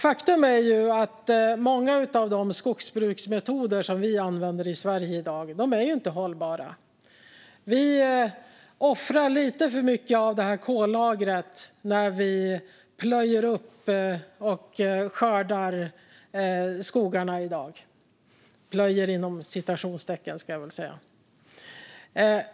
Faktum är att många av de skogsbruksmetoder som vi använder i Sverige i dag inte är hållbara. Vi offrar lite för mycket av kollagret när vi plöjer upp, inom citationstecken, och skördar skogarna i dag.